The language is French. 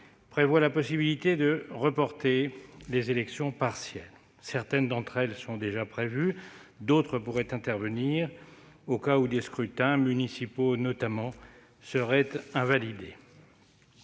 prévoient la possibilité de reporter les élections partielles. Certaines d'entre elles sont déjà prévues, d'autres pourraient intervenir dans le cas où des scrutins, notamment municipaux, seraient invalidés.